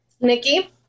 Nikki